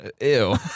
Ew